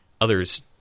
others